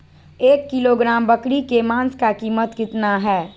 एक किलोग्राम बकरी के मांस का कीमत कितना है?